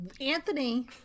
Anthony